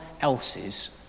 else's